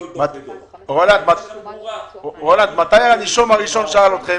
רולנד, מתי שאלו אתכם